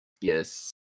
Yes